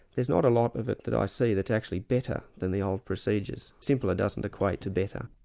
there's not a lot of it that i see that's actually better than the old procedures. simpler doesn't equate to better.